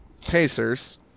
Pacers